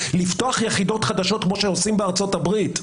לפתוח יחידות חדשות כמו שעושים בארצות הברית.